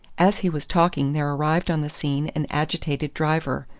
as he was talking there arrived on the scene an agitated driver,